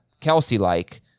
Kelsey-like